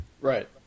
Right